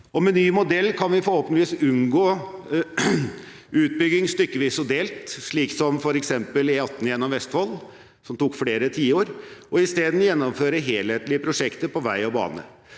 Med ny modell kan vi forhåpentligvis unngå utbygging stykkevis og delt, som f.eks. E18 gjennom Vestfold som tok flere tiår, og i stedet gjennomføre helhetlige prosjekter på vei og bane.